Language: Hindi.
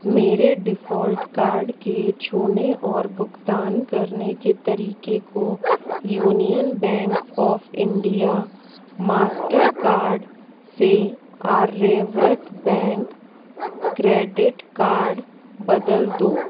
मेरे डिफ़ॉल्ट कार्ड के छूने और भुगतान करने के तरीके को Union Bank of India Mastercard से आर्यव्रत बैंक क्रेडिट कार्ड बदल दो